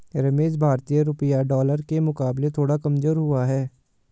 रमेश भारतीय रुपया डॉलर के मुकाबले थोड़ा कमजोर हुआ है